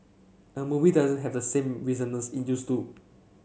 a movie doesn't have the same resonance it used to